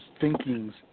thinkings